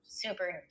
super